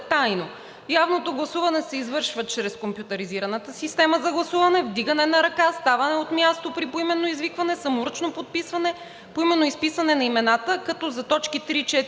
Явното гласуване се извършва чрез компютризираната система за гласуване, вдигане на ръка, ставане от място при поименно извикване, саморъчно подписване, поименно изписване на имената, като за т. 3, 4 и 5